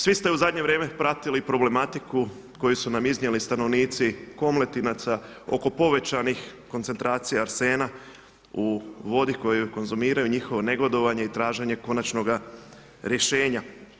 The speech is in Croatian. Svi ste u zadnje vrijeme pratili problematiku koju su nam iznijeli stanovnici Komletinaca oko povećanih koncentracija arsena u vodi koju konzumiraju, njihovo negodovanje i traženje konačnoga rješenja.